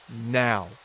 now